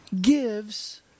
gives